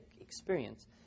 experience